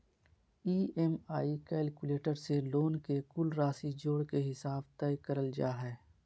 EMI calculator से loan के कुल राशि जोड़ के हिसाब तय करल जा हय